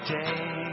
day